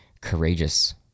courageous